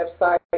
website